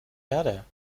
erde